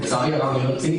לצערי הרב אני אומר ציני,